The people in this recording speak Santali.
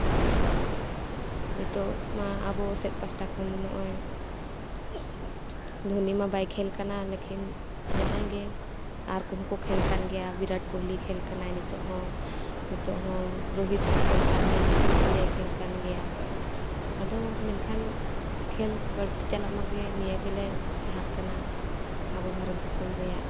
ᱟᱨ ᱱᱤᱛᱚᱜ ᱢᱟ ᱟᱵᱚ ᱥᱮᱫ ᱯᱟᱥᱴᱟ ᱠᱷᱚᱱ ᱱᱚᱜᱼᱚᱭ ᱫᱷᱚᱱᱤᱢᱟ ᱵᱟᱭ ᱠᱷᱮᱞ ᱠᱟᱱᱟ ᱞᱮᱠᱤᱱ ᱡᱟᱦᱟᱸᱭ ᱜᱮ ᱟᱨ ᱠᱚᱦᱚᱸ ᱠᱚ ᱠᱷᱮᱞ ᱠᱟᱱ ᱜᱮᱭᱟ ᱵᱤᱨᱟᱴ ᱠᱳᱦᱞᱤ ᱠᱷᱮᱞ ᱠᱟᱱᱟᱭ ᱱᱤᱛᱚᱜ ᱦᱚᱸ ᱱᱤᱛᱚᱜ ᱦᱚᱸ ᱨᱳᱦᱤᱛ ᱦᱚᱸᱭ ᱠᱷᱮᱞ ᱠᱟᱱ ᱜᱮᱭᱟ ᱦᱟᱨᱫᱤᱠ ᱯᱟᱺᱰᱤᱭᱟᱭ ᱠᱷᱮᱞ ᱠᱟᱱ ᱜᱮᱭᱟ ᱟᱫᱚ ᱢᱮᱱᱠᱷᱟᱱ ᱠᱷᱮᱞ ᱵᱟᱲᱛᱤ ᱪᱟᱞᱟᱜ ᱢᱟᱜᱮ ᱱᱤᱭᱟᱹ ᱜᱮᱞᱮ ᱪᱟᱦᱟᱜ ᱠᱟᱱᱟ ᱟᱵᱚ ᱵᱷᱟᱨᱚᱛ ᱫᱤᱥᱚᱢ ᱨᱮᱭᱟᱜ